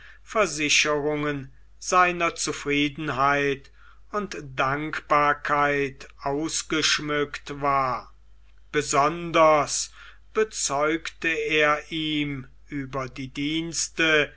versicherungen seiner zufriedenheit und dankbarkeit ausgeschmückt war besonders bezeugte er ihm über die dienste